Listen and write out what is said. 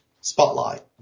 spotlight